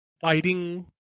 fighting